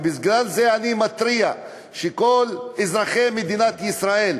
ובגלל זה אני מתריע שכל אזרחי מדינת ישראל,